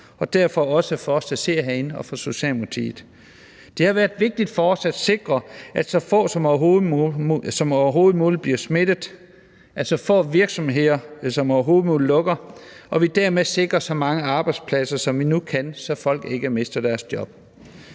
og derfor også meget for os, som sidder herinde, og for Socialdemokratiet. Det har været vigtigt for os at sikre, at så få som overhovedet muligt bliver smittet, og at så få virksomheder som overhovedet muligt lukker, og at vi dermed sikrer så mange arbejdsopladser, som vi nu kan, så folk ikke mister deres job.